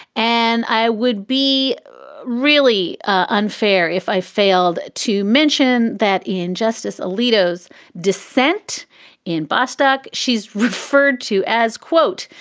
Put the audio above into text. and i would be really unfair if i failed to mention that in justice alito's dissent in bostock, she's referred to as, quote,